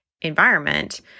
environment